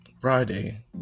friday